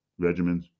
regimens